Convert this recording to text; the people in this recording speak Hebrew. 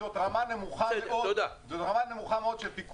מה שקורה פה זו רמה נמוכה מאוד של פיקוח.